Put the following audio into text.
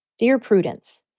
dear prudence,